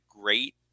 great